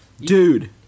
dude